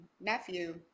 nephew